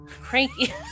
Cranky